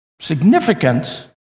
Significance